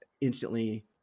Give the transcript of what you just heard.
instantly